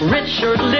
Richard